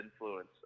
influence